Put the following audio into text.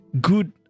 Good